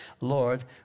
Lord